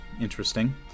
interesting